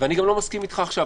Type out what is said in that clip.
ואני לא מסכים אתך עכשיו.